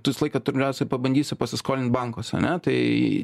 tu visą laiką pirmiausia pabandysi pasiskolint bankuose ane tai